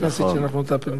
נכון.